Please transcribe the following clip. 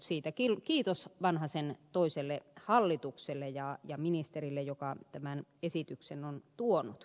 siitä kiitos vanhasen toiselle hallitukselle ja ministerille joka tämän esityksen on tuonut